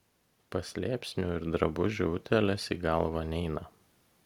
paslėpsnių ir drabužių utėlės į galvą neina